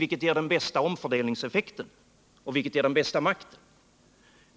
Vilket ger den bästa omfördelningseffekten? Och vilket ger den största makten?